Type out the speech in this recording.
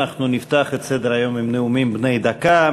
אנחנו נפתח את סדר-היום עם נאומים בני דקה.